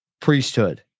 priesthood